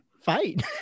fight